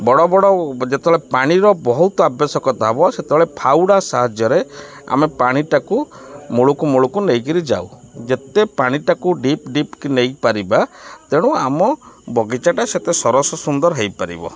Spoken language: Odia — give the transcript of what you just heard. ବଡ଼ ବଡ଼ ଯେତେବେଳେ ପାଣିର ବହୁତ ଆବଶ୍ୟକତା ହବ ସେତେବେଳେ ଫାଉଡ଼ା ସାହାଯ୍ୟରେ ଆମେ ପାଣିଟାକୁ ମୂଳକୁ ମୂଳୁକୁ ନେଇକିରି ଯାଉ ଯେତେ ପାଣିଟାକୁ ଡିପ୍ ଡିପ୍ ନେଇପାରିବା ତେଣୁ ଆମ ବଗିଚାଟା ସେତେ ସରସ ସୁନ୍ଦର ହେଇପାରିବ